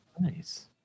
Nice